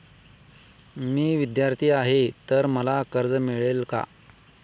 मी विद्यार्थी आहे तर मला कर्ज मिळेल का?